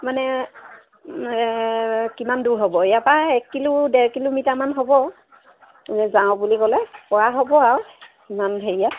মানে কিমান দূৰ হ'ব ইয়াৰপৰা এক কিলো ডেৰ কিলোমিটাৰমান হ'ব যাওঁ বুলি ক'লে পৰা হ'ব আৰু ইমান হেৰিয়াত